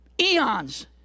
eons